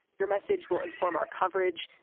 your message will inform our coverage.